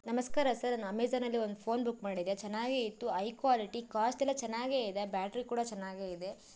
ನಮಸ್ಕಾರ ಸರ್ ನಾ ಅಮೆಜಾನಲ್ಲಿ ಒಂದು ಫೋನ್ ಬುಕ್ ಮಾಡಿದೆ ಚೆನ್ನಾಗೇ ಇತ್ತು ಐ ಕ್ವಾಲಿಟಿ ಕಾಸ್ಟ್ ಎಲ್ಲ ಚೆನ್ನಾಗೇ ಇದೆ ಬ್ಯಾಟರಿ ಕೂಡ ಚೆನ್ನಾಗೇ ಇದೆ